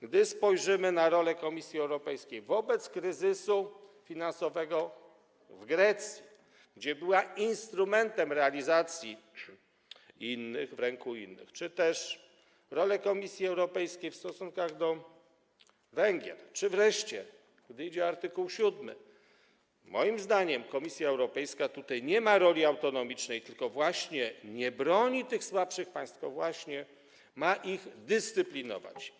Gdy spojrzymy na rolę Komisji Europejskiej w trakcie kryzysu finansowego w Grecji, gdzie była instrumentem realizacji w ręku innych, czy też rolę Komisji Europejskiej w stosunkach z Węgrami, czy wreszcie gdy idzie o art. 7, moim zdaniem Komisja Europejska tutaj nie ma roli autonomicznej, tylko właśnie nie broni tych słabszych państw, ma je tylko dyscyplinować.